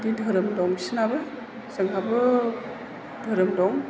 इद धोरोम दं बिसोरनाबो जोंहाबो धोरोम दं